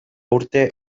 urte